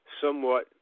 somewhat